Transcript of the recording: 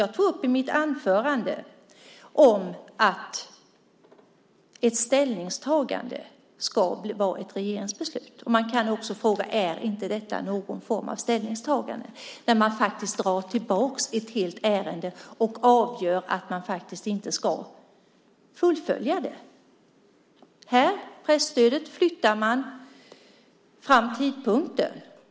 Jag tog upp i mitt anförande att ett ställningstagande ska vara ett regeringsbeslut. Man kan också fråga sig om detta inte är en form av ställningstagande där man faktiskt drar tillbaka ett helt ärende och avgör att man inte ska fullfölja det. Man flyttar fram tidpunkten för presstödet.